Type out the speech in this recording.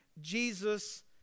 Jesus